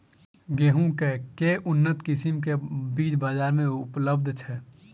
गेंहूँ केँ के उन्नत किसिम केँ बीज बजार मे उपलब्ध छैय?